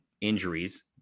injuries